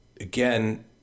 again